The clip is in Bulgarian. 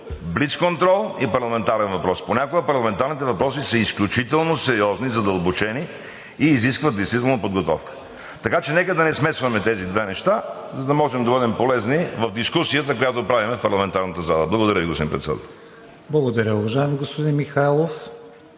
блицконтрол и парламентарен въпрос. Понякога парламентарните въпроси са изключително сериозни, задълбочени и изискват действително подготовка. Така че нека да не смесваме тези две неща, за да можем да бъдем полезни в дискусията, която правим в парламентарната зала. Благодаря Ви, господин Председател. ПРЕДСЕДАТЕЛ КРИСТИАН ВИГЕНИН: Благодаря, уважаеми господин Михайлов.